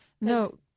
No